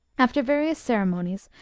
after various cere monies,